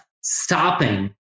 stopping